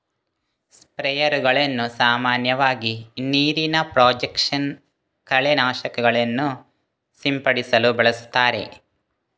ಸ್ಪ್ರೇಯರುಗಳನ್ನು ಸಾಮಾನ್ಯವಾಗಿ ನೀರಿನ ಪ್ರೊಜೆಕ್ಷನ್ ಕಳೆ ನಾಶಕಗಳನ್ನು ಸಿಂಪಡಿಸಲು ಬಳಸುತ್ತಾರೆ